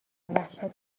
وحشت